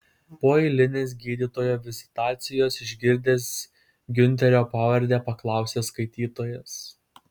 po eilinės gydytojo vizitacijos išgirdęs giunterio pavardę paklausė skaitytojas